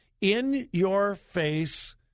in-your-face